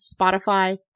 Spotify